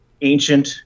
ancient